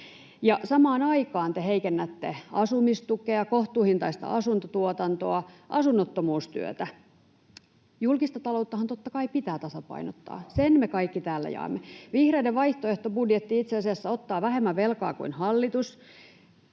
Samaan aikaan te heikennätte asumistukea, kohtuuhintaista asuntotuotantoa, asunnottomuustyötä. Julkista talouttahan totta kai pitää tasapainottaa, [Ben Zyskowicz: Miten?] sen me kaikki täällä jaamme. Vihreiden vaihtoehtobudjetti itse asiassa ottaa vähemmän velkaa kuin hallitus,